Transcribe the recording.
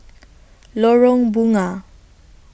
Lorong Bunga